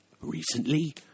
Recently